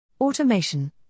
Automation